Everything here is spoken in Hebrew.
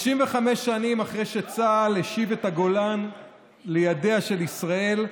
55 שנים אחרי שצה"ל השיב את הגולן לידיה של ישראל,